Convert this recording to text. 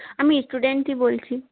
আমি স্টুডেন্টই বলছি